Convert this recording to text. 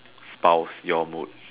spouse your mood